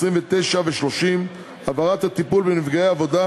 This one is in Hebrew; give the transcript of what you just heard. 29 ו-30 (העברת הטיפול בנפגעי עבודה